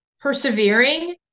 persevering